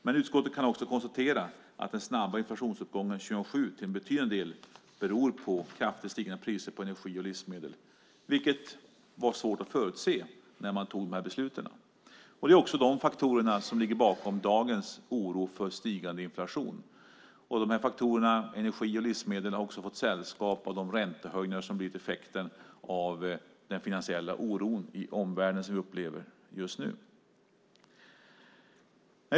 Men utskottet kan konstatera att den snabba inflationsuppgången 2007 till en betydande del beror på kraftigt stigande priser på energi och livsmedel, vilket var svårt att förutse när man tog dessa beslut. Det är också de faktorerna som ligger bakom dagens oro för stigande inflation. De här faktorerna, energi och livsmedel, har också fått sällskap av de räntehöjningar som blivit effekten av den finansiella oro i omvärlden som vi upplever just nu.